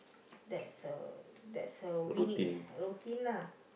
that's a that's her weekly routine lah